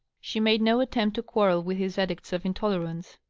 she made no attempt to quarrel with his edicts of intolerance.